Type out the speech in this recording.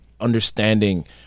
understanding